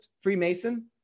Freemason